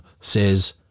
says